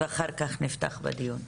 אחר כך נפתח בדיון.